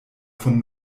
von